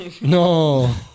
No